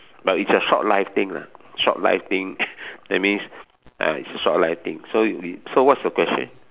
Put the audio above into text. but it's a short life thing lah short life thing that means uh it's a short life thing so you so what's your question